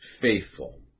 faithful